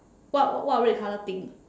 what what red color thing